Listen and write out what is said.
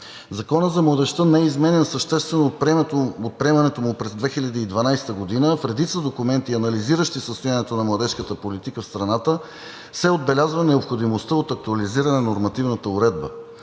Законът за младежта не е изменян съществено от приемането му през 2012 г. В редица документи, анализиращи състоянието на младежката политика в страната, се отбелязва необходимостта от актуализиране на нормативната уредба;